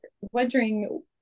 wondering